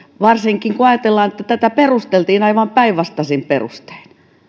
varsinkin kun ajatellaan että tätä perusteltiin aivan päinvastaisin perustein